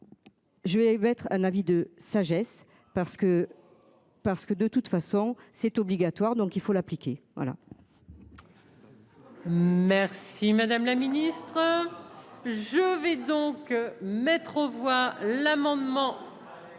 Je vais mettre un avis de sagesse parce que. Parce que de toute façon, c'est obligatoire, donc il faut l'appliquer. Voilà. Merci madame la ministre. Je vais donc mettre aux voix l'amendement.